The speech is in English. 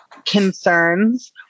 concerns